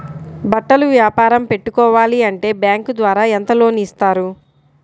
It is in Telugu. బట్టలు వ్యాపారం పెట్టుకోవాలి అంటే బ్యాంకు ద్వారా ఎంత లోన్ ఇస్తారు?